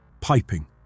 piping